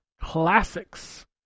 Classics